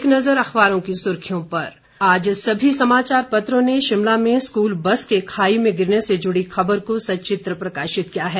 एक नज़र अखबारों की सुर्खियों पर आज सभी समाचार पत्रों ने शिमला में स्कूल बस के खाई में गिरने से जुड़ी खबर को सचित्र प्रकाशित किया है